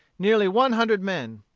nearly one hundred men.